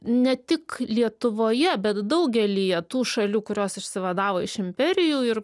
ne tik lietuvoje bet daugelyje tų šalių kurios išsivadavo iš imperijų ir